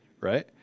right